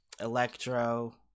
Electro